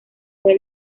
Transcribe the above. fue